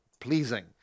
pleasing